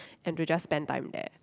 and to just spend time there